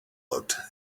looked